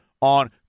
on